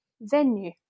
venue